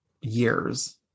years